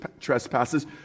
trespasses